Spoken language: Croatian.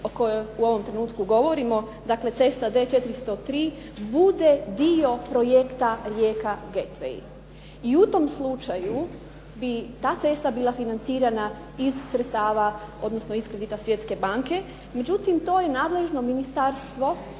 o kojoj u ovom trenutku govorimo, dakle cesta D403 bude dio projekta Rijeka-Getawaj. I u tom slučaju bi ta cesta bila financirana iz sredstava, odnosno iz kredita Svjetske banke. Međutim to je nadležno ministarstvo